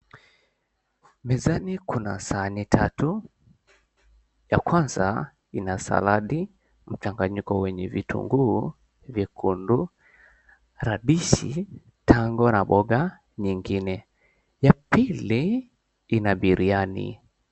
Mezani kuna sahani tatu. Ya kwanza ina saladi, mchanganyiko wenye vitunguu vyekundu, radishi, tango na mboga nyingine. Ya pili ina biriani.